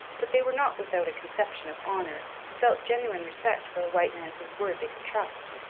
but they were not without a conception of honour and felt genuine respect for a white man whose word they could trust.